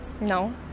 No